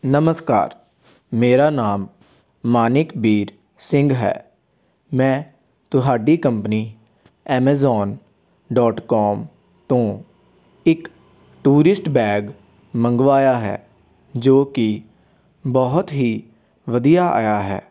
ਨਮਸਕਾਰ ਮੇਰਾ ਨਾਮ ਮਾਨਿਕਬੀਰ ਸਿੰਘ ਹੈ ਮੈਂ ਤੁਹਾਡੀ ਕੰਪਨੀ ਐਮੇਜ਼ੋਨ ਡੋਟ ਕੌਮ ਤੋਂ ਇੱਕ ਟੂਰਿਸਟ ਬੈਗ ਮੰਗਵਾਇਆ ਹੈ ਜੋ ਕਿ ਬਹੁਤ ਹੀ ਵਧੀਆ ਆਇਆ ਹੈ